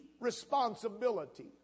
responsibility